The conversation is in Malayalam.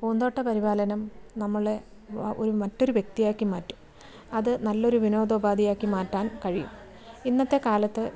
പൂന്തോട്ട പരിപാലനം നമ്മളെ വ മറ്റൊരു വ്യക്തിയാക്കി മാറ്റും അത് നല്ലൊരു വിനോദ ഉപാധിയായി മാറ്റാൻ കഴിയും ഇന്നത്തെ കാലത്ത്